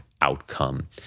outcome